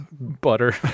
butter